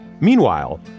Meanwhile